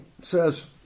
says